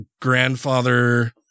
grandfather